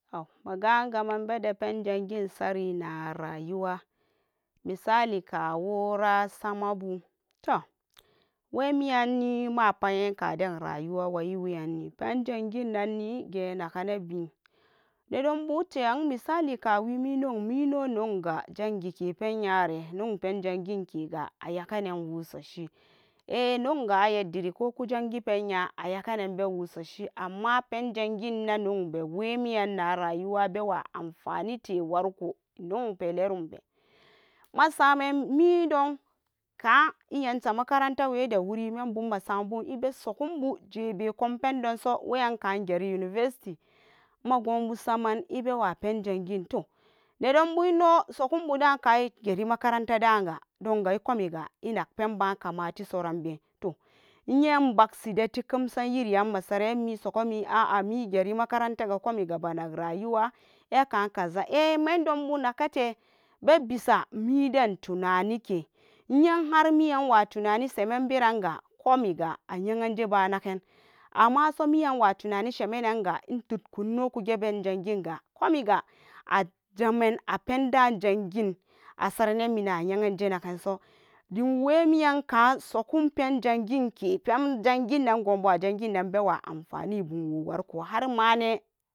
Toh maga gaman bede penjangin sari na rayuwa misali kawura samabu, toh wemi anni mapa nye kaden rayawa wayi weyanni perijanginnan ni gye nake nabi nedonbute, misali kawi minyami ino nyeuga zangekepen nyare nyan pen janginkega ayagenan wu soshi ehh nyanga ayaddiri koku janhipenya ayakenan bewo soshi, amma pen jangin na nyanbe wemian narayuwa bewa amfanite warko nyanpe lerumpe masamen midon ka makarantawe dawori membu masambun iben sogunbu jebe kum pendonso weyan ka geri university magobu saman ibewa pen jangin toh medonbu ino sogun buda ka igeri makaranta daga donga ikomiga inag penba kamatite soranbe iye inbagsi dati kamsan iri an masare an a'a migeri makarantaga komiga ba nag rayuwa eka kaza eh mendobu nakete abisa midan tunanike, iye har miyan wa tunani semen beranga komiga aye anjeba naken, amma so mian watunani shemenanga itudku ino kuge pen jangiga komiga'ajamen apenda jangin asare nan minan a yeanje naganso din wemianka sogum pen janginke pen janginnan gobu'a janginnan bewa anfani ibumwo warko har mane.